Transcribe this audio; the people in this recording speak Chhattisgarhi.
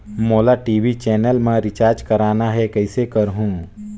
मोला टी.वी चैनल मा रिचार्ज करना हे, कइसे करहुँ?